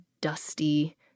dusty